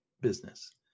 business